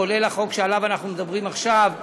כולל החוק שעליו אנחנו מדברים עכשיו,